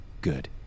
Good